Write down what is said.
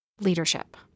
leadership